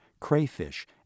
crayfish